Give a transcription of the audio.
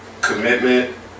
commitment